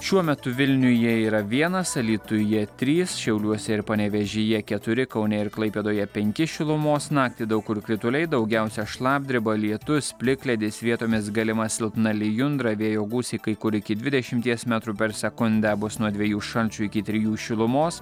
šiuo metu vilniuje yra vienas alytuje trys šiauliuose ir panevėžyje keturi kaune ir klaipėdoje penki šilumos naktį daug kur krituliai daugiausia šlapdriba lietus plikledis vietomis galima silpna lijundra vėjo gūsiai kai kur iki dvidešimties metrų per sekundę bus nuo dviejų šalčio iki trijų šilumos